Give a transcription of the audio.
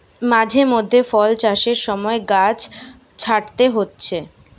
মাঝে মধ্যে ফল চাষের সময় গাছ ছাঁটতে হচ্ছে